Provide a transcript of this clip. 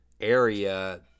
area